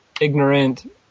ignorant